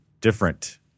different